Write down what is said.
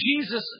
Jesus